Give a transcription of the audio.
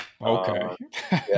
Okay